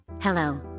Hello